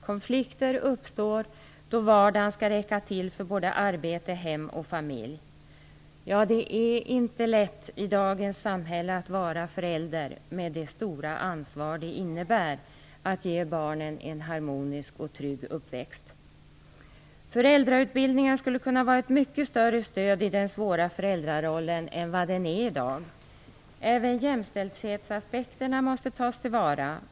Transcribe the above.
Konflikter uppstår då vardagen skall räcka till både för arbete och för hem och familj, Ja, det är inte lätt i dagens samhälle att vara förälder med det stora ansvar som det innebär att ge barnen en harmonisk och trygg uppväxt! Föräldrautbildningen skulle kunna vara ett mycket större stöd i den svåra föräldrarollen än vad den i dag är. Även jämställdhetsaspekterna måste tas till vara.